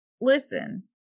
listen